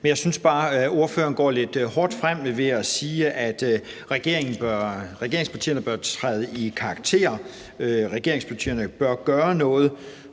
emne. Jeg synes bare, at ordføreren farer lidt hårdt frem ved at sige, at regeringspartierne bør træde i karakter, og at de bør gøre noget.